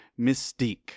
Mystique